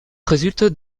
résulte